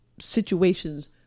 situations